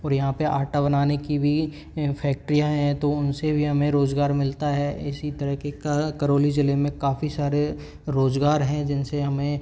और यहाँ पर आटा बनाने की भी फैक्ट्रियाँ हैं तो उनसे भी हमें रोज़गार मिलता है इसी तरीके का करोली ज़िले में काफ़ी सारे रोज़गार हैं जिनसे हमें